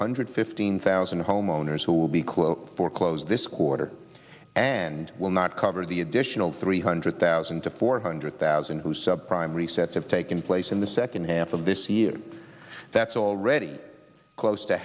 hundred fifteen thousand homeowners who will be closed for close this quarter and will not cover the additional three hundred thousand to four hundred thousand who subprime resets have taken place in the second half of this year that's already close to